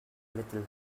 little